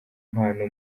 mpano